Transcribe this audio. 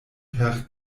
per